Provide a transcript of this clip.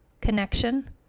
connection